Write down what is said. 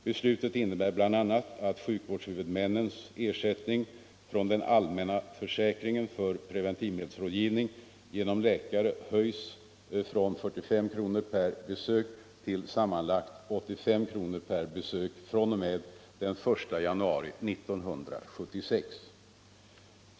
Beslutet innebär bl.a. att sjukvårdshuvudmännens ersättning från den allmänna försäkringen för preventivmedelsrådgivning genom läkare höjs den 1 januari 1976 från 45 kr. per besök till sammanlagt 85 kr. per besök.